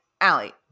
Allie